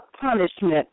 punishment